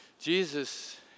Jesus